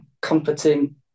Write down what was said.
comforting